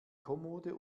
kommode